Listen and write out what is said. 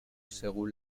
según